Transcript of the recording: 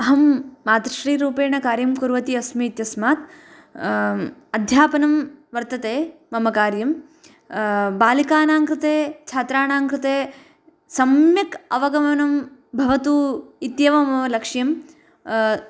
अहं मातृश्रीरूपेण कार्यं कुर्वती अस्मि इत्यस्मात् अध्यापनं वर्तते मम कार्यं बालिकानां कृते छात्राणां कृते सम्यक् अवगमनं भवतु इत्येव मम लक्ष्यम्